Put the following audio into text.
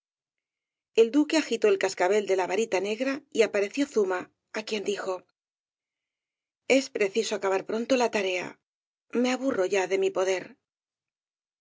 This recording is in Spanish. el duque agitó el cascabel de la varita negra y apareció zuma á quien dijo es preciso acabar pronto la tarea me aburro ya de mi poder